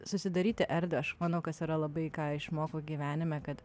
susidaryti erdvę aš manau kas yra labai ką išmokau gyvenime kad